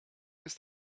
ist